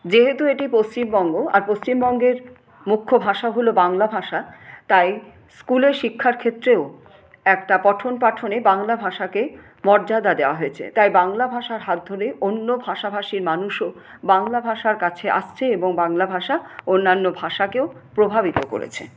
যেহেতু এটি পশ্চিমবঙ্গ আর পশ্চিমবঙ্গের মুখ্য ভাষা হল বাংলা ভাষা তাই স্কুলে শিক্ষার ক্ষেত্রেও একটা পঠন পাঠনে বাংলা ভাষাকে মর্যাদা দেওয়া হয়েছে তাই বাংলা ভাষার হাত ধরে অন্য ভাষাভাষী মানুষও বাংলা ভাষার কাছে আসছে এবং বাংলা ভাষা অন্যান্য ভাষাকেও প্রভাবিত করেছে